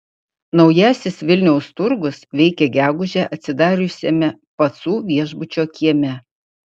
naujasis vilniaus turgus veikia gegužę atsidariusiame pacų viešbučio kieme